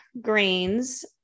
grains